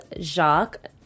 Jacques